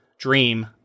dream